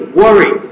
worry